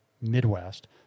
Midwest